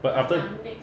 but after